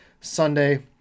Sunday